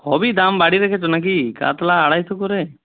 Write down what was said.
সবই দাম বাড়িয়ে রেখেছ না কি কাতলা আড়াইশো করে